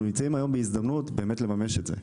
ואנחנו נמצאים היום בהזדמנות לממש את זה.